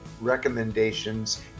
recommendations